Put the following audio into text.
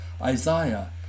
Isaiah